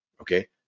okay